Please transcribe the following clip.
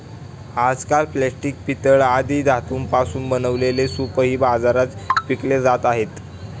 आजकाल प्लास्टिक, पितळ आदी धातूंपासून बनवलेले सूपही बाजारात विकले जात आहेत